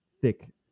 thick